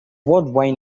worldwide